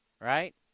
right